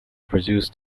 produced